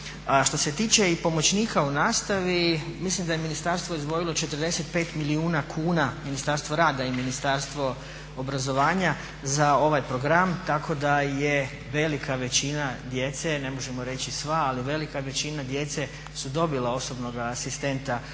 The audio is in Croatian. Što se tiče i pomoćnika u nastavi, mislim da je ministarstvo izdvojilo 45 milijuna kuna Ministarstvo rada i Ministarstvo obrazovanja za ovaj program tako da je velika većina djece, ne možemo reći sva, ali velika većina djece su dobila osobnog asistenta u